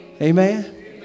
Amen